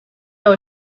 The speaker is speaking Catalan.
nou